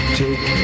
take